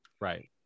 right